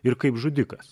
ir kaip žudikas